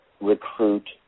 recruit